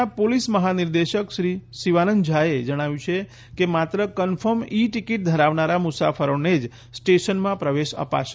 રાજ્યના પોલીસ મહાનિદેશક શ્રી શિવાનંદ જ્હા એ જણાવ્યું છે કે માત્ર કન્ફર્મ ઇ ટિકીટ ધરાવનારા મુસાફરોને જ સ્ટેશનમાં પ્રવેશ અપાશે